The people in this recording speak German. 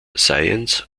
science